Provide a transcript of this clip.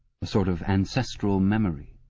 a sort of ancestral memory.